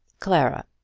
clara,